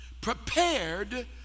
Prepared